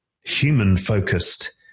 human-focused